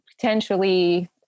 potentially